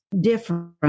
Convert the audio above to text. different